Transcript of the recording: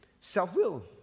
Self-will